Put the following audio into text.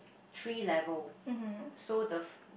three level so the